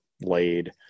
laid